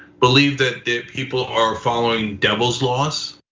believe that people are following devil's laws.